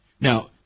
Now